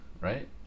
right